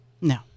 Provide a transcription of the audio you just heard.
No